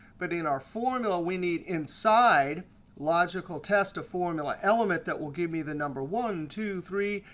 but in our formula, we need inside logical test, a formula element that will give me the number one, two, three,